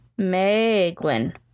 Meglin